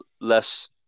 less